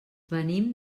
venim